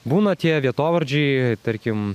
būna tie vietovardžiai tarkim